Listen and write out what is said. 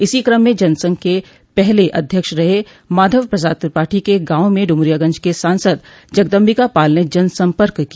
इसी क्रम में जनसंघ के पहले अध्यक्ष रहे माधव प्रसाद त्रिपाठी के गांव में ड्रमरियागंज के सांसद जगदम्बिका पाल ने जन सम्पर्क किया